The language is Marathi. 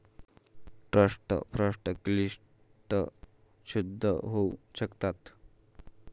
ट्रस्ट फंड क्लिष्ट सिद्ध होऊ शकतात